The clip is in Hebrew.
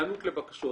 היענות לבקשות,